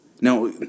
Now